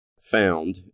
found